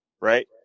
Right